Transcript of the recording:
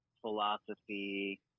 philosophy